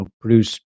produce